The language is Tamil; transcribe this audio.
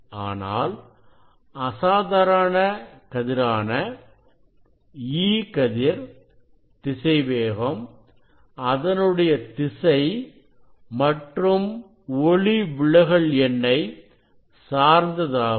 ஆனால் அசாதாரண கதிரான E கதிர் திசைவேகம் அதனுடைய திசை மற்றும் ஒளிவிலகல் எண்ணை சார்ந்ததாகும்